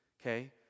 Okay